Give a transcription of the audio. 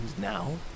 now